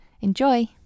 Enjoy